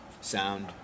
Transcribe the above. sound